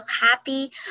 happy